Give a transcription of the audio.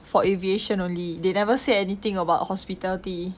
for aviation only they never say anything about hospitality